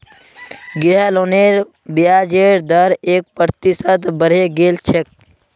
गृह लोनेर ब्याजेर दर एक प्रतिशत बढ़े गेल छेक